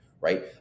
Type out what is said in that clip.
Right